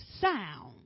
sound